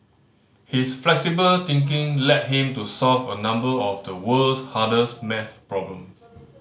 his flexible thinking led him to solve a number of the world's hardest maths problems